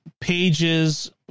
pages